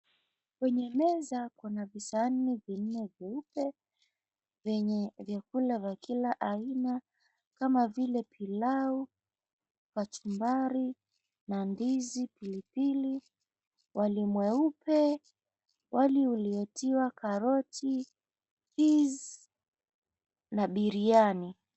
Kwenye meza kuna visani vinne vyeupe vyenye vyakula vya kila aina kama vile pilau, kachumbari na ndizi pilipili, wali mweupe, wali uliotiwa karoti, cheese na biriani.